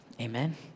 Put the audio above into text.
Amen